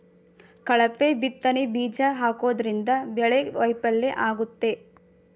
ಕಳಪೆ ಬಿತ್ತನೆ ಬೀಜ ಹಾಕೋದ್ರಿಂದ ಬೆಳೆ ವೈಫಲ್ಯ ಆಗುತ್ತೆ